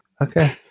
Okay